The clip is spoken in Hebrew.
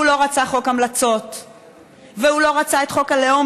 הוא לא רצה חוק המלצות והוא לא רצה את חוק הלאום,